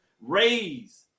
raise